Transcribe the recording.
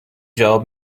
جواب